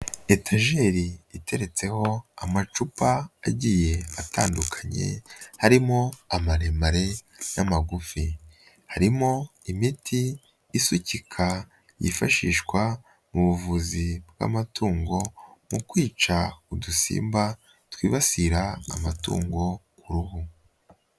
Etajeri iteretseho amacupa agiye atandukanye, harimo amaremare n'amagufi, harimo imiti isukika yifashishwa mu buvuzi bw'amatungo, mu kwica udusimba twibasira amatungo uruhu.